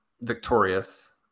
victorious